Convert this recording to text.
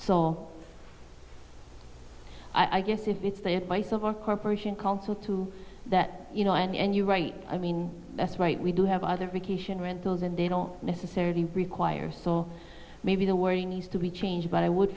so i guess if it's the advice of a corporation counsel to that you know and you're right i mean that's right we do have other vacation rentals and they don't necessarily require so maybe the wording needs to be changed but i would